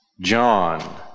John